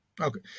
Okay